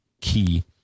key